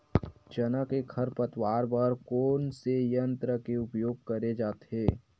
चना के खरपतवार बर कोन से यंत्र के उपयोग करे जाथे?